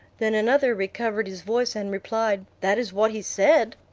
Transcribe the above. then another recovered his voice, and replied, that is what he said.